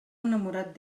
enamorat